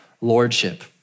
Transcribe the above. lordship